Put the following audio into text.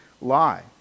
lie